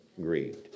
grieved